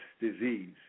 disease